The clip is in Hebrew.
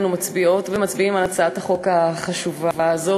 אנו מצביעות ומצביעים על הצעת החוק החשובה הזאת: